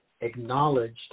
acknowledged